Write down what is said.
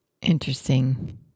Interesting